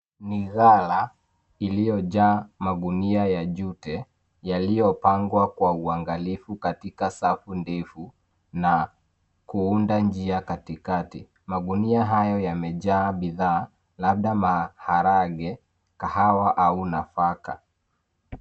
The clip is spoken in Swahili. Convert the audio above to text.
Ni ghala, iliyojaa magunia ya jute, yaliyopangwa kwa uangalifu katika safu ndefu, na kuunda njia katikati. Magunia hayo yamejaa bidhaa, labda maharagwe, kahawa, au nafaka.